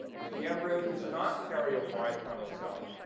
if the embryo does not carry a y chromosome,